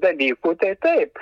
dalykų tai taip